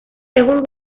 egun